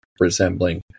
resembling